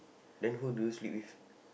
then who do you sleep with